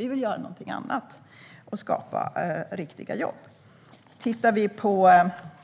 Vi vill göra något annat och skapa riktiga jobb. Tittar vi på